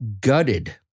gutted